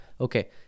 okay